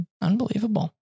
Unbelievable